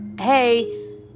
hey